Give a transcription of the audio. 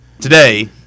today